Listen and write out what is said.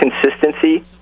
consistency